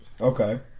Okay